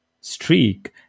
streak